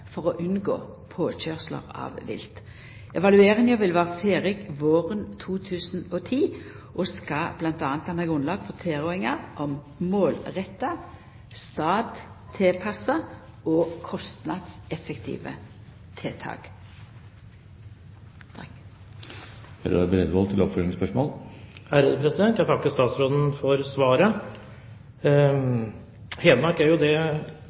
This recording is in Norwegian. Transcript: for å unngå påkøyrsler av vilt. Evalueringa vil vera ferdig våren 2010 og skal m.a. danna grunnlag for tilrådingar om målretta, stadtilpassa og kostnadseffektive tiltak. Jeg takker statsråden for svaret. Hedmark er det fylket i landet med flest elgpåkjørsler. I fjor var det